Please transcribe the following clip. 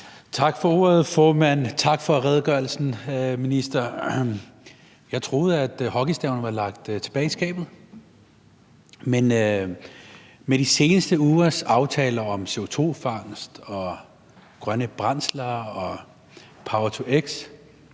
Tak for ordet, formand. Tak for redegørelsen, minister. Jeg troede, at hockeystaven var lagt tilbage i skabet, men med de seneste ugers aftaler om CO2-fangst og grønne brændsler og power-to-x